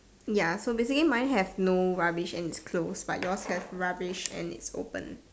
ya so basically mine have no rubbish and it's close but yours have rubbish and it's open